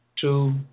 two